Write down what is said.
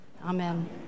Amen